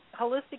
holistic